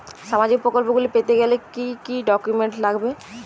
সামাজিক প্রকল্পগুলি পেতে গেলে কি কি ডকুমেন্টস লাগবে?